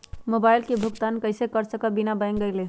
Mobile के भुगतान कईसे कर सकब बिना बैंक गईले?